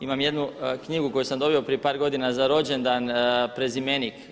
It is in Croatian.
Imam jednu knjigu koju sam dobio prije par godina za rođendan „Prezimenik“